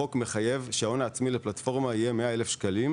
החוק מחייב שההון העצמי לפלטפורמה יהיה 100,000 ₪,